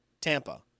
Tampa